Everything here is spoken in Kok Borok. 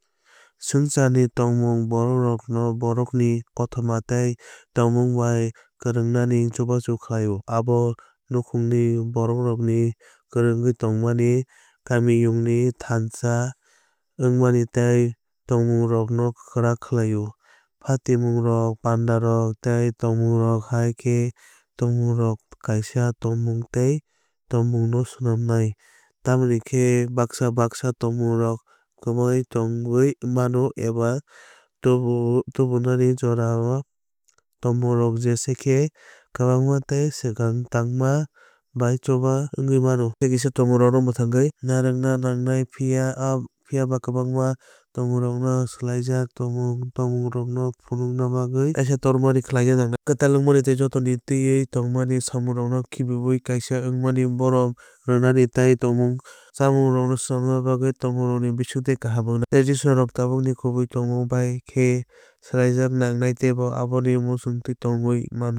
Swngcharni tongmung borokrokno bohrokni kothoma tei tongmung bai kwrwngnani chubachu khlaio. Abo nukhungni borokrokni kwrwngwi tongmani kamiyungni thansa wngmani tei tongmungrokno kwrak khlaio. Patimungrok pandarok tei tongmungrok hai khe tongmungrok kaisa tongmung tei tongmungno snamnai. Tamokhe baksa baksa tongmungrok kwmawi tongwui mano eba tubunani jorao tongmungrok jesa khe kwbangma tei swkang tangma bai choba wngwi mano. Tai kaisa tongmungrokno mwthangwi narwkna nangnai phiya ba kwbangma tongmungrokno swlaijak tongmungrokno phunukna bagwi tesa tormani khlaina nangnai. Kwtal wngmani tei jotono tẃiwi tongmani samung rok no khibiwi kaisa wngmani borom rwmani tei tongmung chamungrokno swnamnai tongmungrokni bisingtwi kaham wngnai. Tradition rok tabuk ni kubui tongmung bai khe swlaijakna nangnai tei aboni muchungtwi tongwi mano.